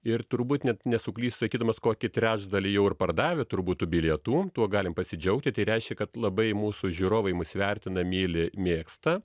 ir turbūt net nesuklysiu sakydamas kokį trečdalį jau ir pardavę turbūt tų bilietų tuo galim pasidžiaugti tai reiškia kad labai mūsų žiūrovai mus vertina myli mėgsta